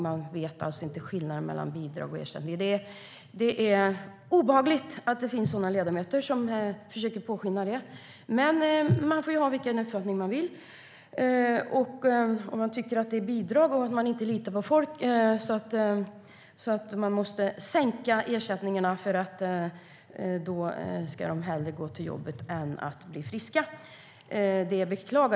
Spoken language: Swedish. Man vet alltså inte skillnaden mellan bidrag och ersättning. Det är obehagligt att det finns ledamöter som vill låta påskina detta. Men man får ha vilken uppfattning man vill. Jag beklagar om man tycker att det är bidrag och om man inte litar på folk, så att man måste sänka ersättningarna - de ska hellre gå till jobbet än att bli friska.